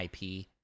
IP